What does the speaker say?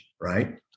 right